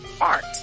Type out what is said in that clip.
Art